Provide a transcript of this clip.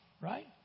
Right